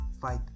fight